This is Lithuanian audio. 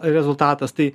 rezultatas tai